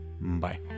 Bye